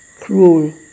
cruel